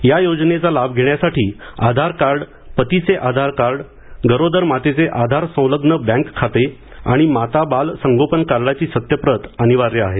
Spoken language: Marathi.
या योजनेचा लाभ घेण्यासाठी आधार कार्ड पतीचे आधार कार्ड गरोदर मातेचे आधार संलग्न बँक खाते आणि माता बाल संगोपन कार्डाची सत्यप्रत अनिवार्य आहे